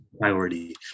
priority